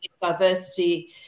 diversity